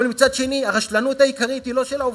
אבל מצד שני, הרשלנות העיקרית היא לא של העובדים,